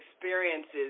experiences